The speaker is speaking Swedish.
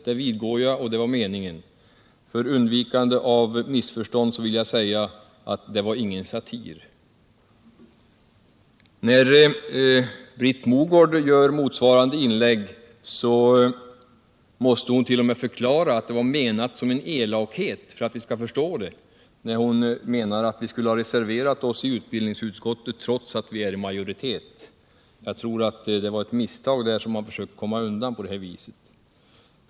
Det vidgår jag, och det var också meningen. För undvikande av missförstånd vill jag säga att det inte var någon satir. När Britt Mogård gjorde sitt inlägg var hon, för att vi skulle förstå, tvungen att förklara att det var menat som en elakhet detta att vi borde ha reserverat oss i utbildningsutskottet, trots att vi var i majoritet. Jag tror att det var ett misstag som hon försökte klara sig undan på det här viset.